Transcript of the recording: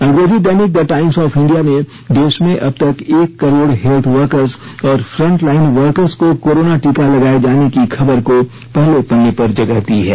अंग्रेजी दैनिक the Times of India ने देश में अबतक एक करोड़ हेल्थ वर्कर्स और फ्रंटलाइन वर्कर्स को कोरोना टीका लगाये जाने की खबर को पहले पन्ने पर जगह दी है